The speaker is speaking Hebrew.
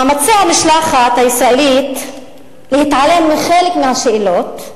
מאמצי המשלחת הישראלית להתעלם מחלק מהשאלות,